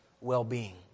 well-being